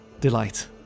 delight